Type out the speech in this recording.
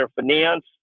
finance